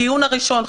הדיון הראשון,